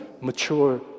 mature